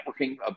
networking